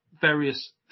various